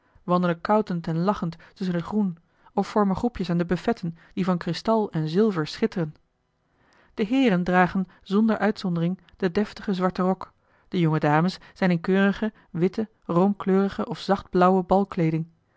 wandelen koutend en lachend tusschen het groen of vormen groepjes aan de buffetten die van kristal en zilver schitteren de heeren dragen zonder uitzondering den deftigen zwarten rok de jonge dames zijn in keurige witte roomkleurige of